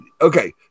Okay